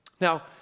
Now